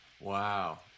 Wow